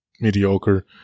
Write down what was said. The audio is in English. mediocre